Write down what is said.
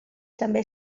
també